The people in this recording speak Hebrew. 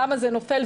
למה זה נופל,